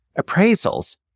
appraisals